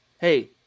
Hey